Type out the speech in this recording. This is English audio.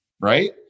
right